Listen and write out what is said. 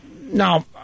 Now